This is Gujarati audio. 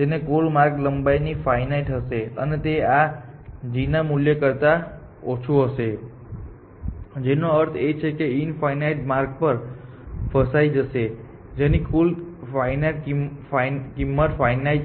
જેની કુલ માર્ગ લંબાઈ ફાઇનાઇટ હશે અને તે આ g ના મૂલ્ય કરતા ઓછું હશે જેનો અર્થ એ છે કે તે ઇન્ફાઇનાઇટ માર્ગ પર ફસાઈ જશે જેની કુલ કિંમત ફાઇનાઇટ છે